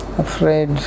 Afraid